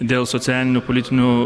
dėl socialinių politinių